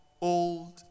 old